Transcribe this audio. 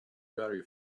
very